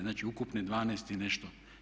Znači, ukupno 12 i nešto.